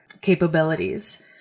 capabilities